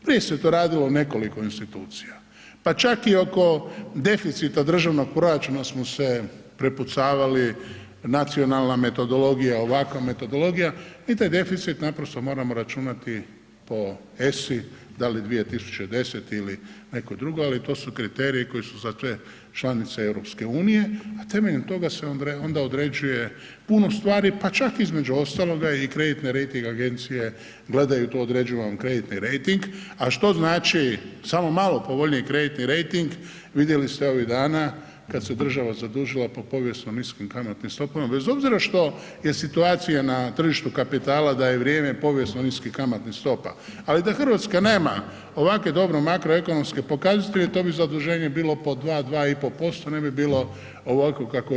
Prije se to radilo u nekoliko institucija, pa čak i oko deficita državnog proračuna smo se prepucavali, nacionalna metodologija, ovakva metodologija i taj deficit naprosto moramo računati po ESA-i, da li 2010. ili nekoj drugoj, ali to su kriteriji koji su za te članice EU, a temeljem toga se onda određuje puno stvari, pa čak između ostaloga i kreditne rejting agencije gledaju to, određuju vam kreditni rejting, a što znači samo malo povoljniji kreditni rejting vidjeli ste ovih dana kad se država zadužila po povijesno niskim kamatnim stopama bez obzira što je situacija na tržištu kapitala da je vrijeme povijesno niskih kamatnih stopa, ali da RH nema ovakve dobro makro ekonomske pokazatelje, to bi zaduženje bilo po 2-2,5%, ne bi bilo ovakvo kakvo je.